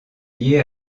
liée